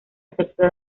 aceptó